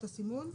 הסימון.